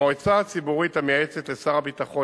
המועצה הציבורית המייעצת לשר הביטחון,